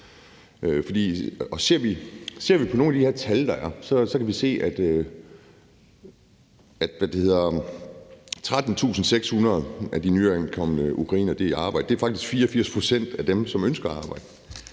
Ser vi på nogle af de her tal, der er, kan vi se, at 13.600 af de nyankomne ukrainere er i arbejde. Det er faktisk 84 pct. af dem, som ønsker at arbejde,